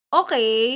okay